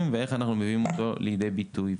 ואיך אנחנו מביאים אותו לידי ביטוי.